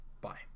bye